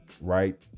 right